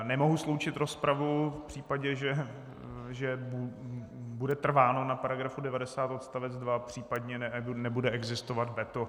Nemohu sloučit rozpravu v případě, že bude trváno na § 90 odst. 2, případně nebude existovat veto.